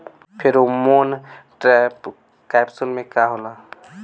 Pheromone trap capsule में का होला?